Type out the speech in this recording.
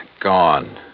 gone